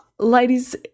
Ladies